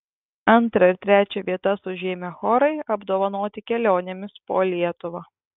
antrą ir trečią vietas užėmę chorai apdovanoti kelionėmis po lietuvą